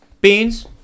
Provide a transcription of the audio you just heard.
Beans